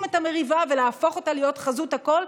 את המריבה ולהפוך אותה להיות חזות הכול,